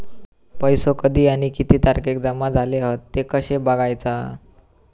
पैसो कधी आणि किती तारखेक जमा झाले हत ते कशे बगायचा?